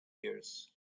ears